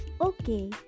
Okay